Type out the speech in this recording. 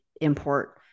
import